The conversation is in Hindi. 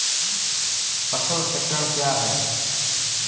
फसल चक्रण क्या है?